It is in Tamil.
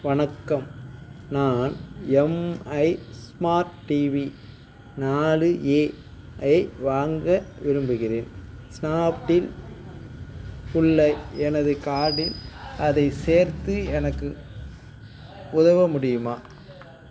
வணக்கம் நான் எம்ஐ ஸ்மார்ட் டிவி நாலு ஏ ஐ வாங்க விரும்புகிறேன் ஸ்னாப்டீல் உள்ள எனது கார்ட்டில் அதை சேர்த்து எனக்கு உதவ முடியுமா